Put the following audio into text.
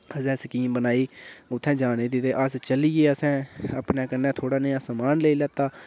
असें स्कीम बनाई उत्थें जाने दी ते अस चली गे असें अपने कन्नै थोह्ड़ा नेहा सामान लेई लैता